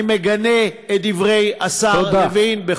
אני מגנה את דברי השר לוין תודה.